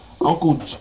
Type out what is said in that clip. uncle